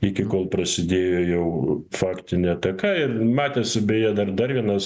iki kol prasidėjo jau faktinė ataka ir matėsi beje dar dar vienas